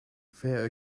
fair